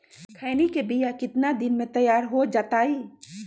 खैनी के बिया कितना दिन मे तैयार हो जताइए?